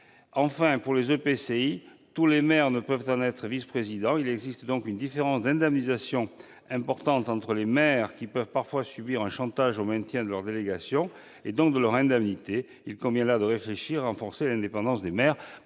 Enfin, dans les EPCI, tous les maires ne peuvent pas occuper la fonction de vice-président. En découle une différence d'indemnisation importante entre les maires, qui peuvent parfois subir un chantage au maintien de leur délégation et, donc, de leurs indemnités. Il convient ainsi de réfléchir à renforcer l'indépendance des maires.